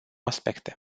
aspecte